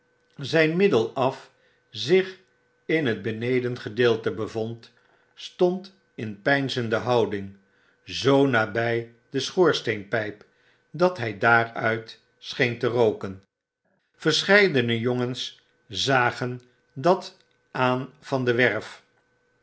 zito middel at'zich in het beneden gedeelte bevond fstond in peinzende houding zoo nabij de schoorsteenpijp dat hy daaruit scheen terooken verscheidene jongens zagen dat aan van de werf